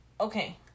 okay